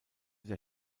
der